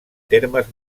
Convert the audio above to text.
termes